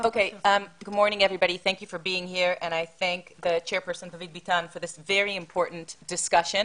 הישיבה היא ישיבת המשך בדיון בנושא אנטישמיות,